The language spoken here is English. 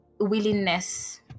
willingness